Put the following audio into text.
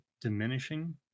diminishing